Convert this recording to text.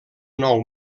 nou